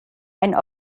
ein